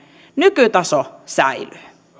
nykytaso säilyy